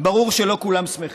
ברור שלא כולם שמחים,